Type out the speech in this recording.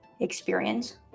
experience